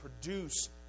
produce